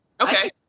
Okay